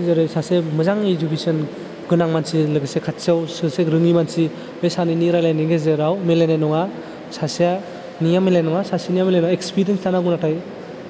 जेरै सासे मोजां इडुकेशन गोनां मानसि लोगोसे खाथियाव सासे रोङि मानसि बे सानैजों रायज्लाइनायनि गेजेराव मिलायनाय नङा सासेनिया मेलायनाय नङा सासेनियाव इस्कपिरेन्स थानांगौ नाथाय